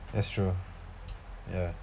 that's true ya